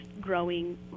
growing